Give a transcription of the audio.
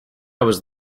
was